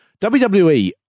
WWE